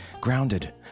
grounded